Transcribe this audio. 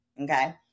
Okay